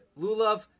Lulav